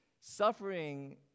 Suffering